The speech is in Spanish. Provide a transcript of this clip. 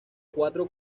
cuatro